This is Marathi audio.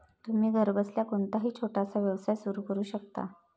तुम्ही घरबसल्या कोणताही छोटासा व्यवसाय सुरू करू शकता